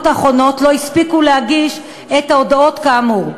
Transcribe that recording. האחרונות לא הספיקו להגיש את ההודעות כאמור.